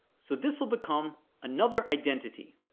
so this will become another identity.